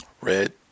Red